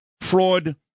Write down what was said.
fraud